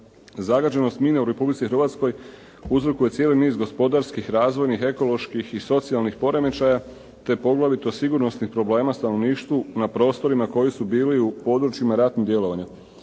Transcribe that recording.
Zagađenost mina u Republici Hrvatskoj uzrokuje cijeli niz gospodarskih, razvojnih, ekoloških i socijalnih poremećaja, te poglavito sigurnosnih problema stanovništvu na prostorima koji su bili u područjima ratnih djelovanja.